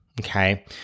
Okay